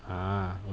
(uh huh)